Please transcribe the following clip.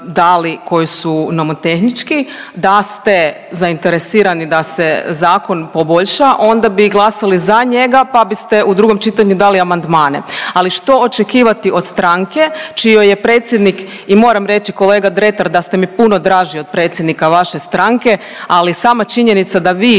koji su nomotehnički da ste zainteresirani da se zakon poboljša onda bi glasali za njega pa biste u drugom čitanju dali amandmane, ali što očekivati od stranke čijoj je predsjednik i moram reći kolega Dretar da ste mi puno draži od predsjednika vaše stranke, ali sama činjenica da vi